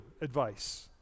advice